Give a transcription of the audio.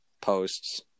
posts